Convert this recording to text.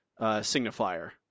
signifier